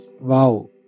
Wow